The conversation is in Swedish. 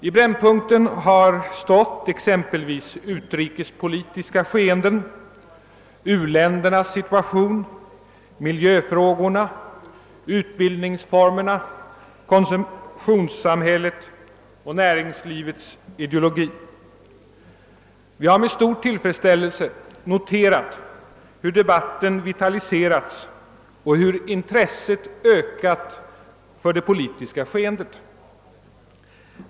I brännpunkten har stått exempelvis utrikespolitiska skeenden, u-ländernas situation, miljöfrå gorna, utbildningsformerna, konsumtionssamhället och näringslivets ideologi. Vi har med stor tillfredsställelse noterat hur debatten vitaliserats och hur intresset ökat för det politiska skeendet.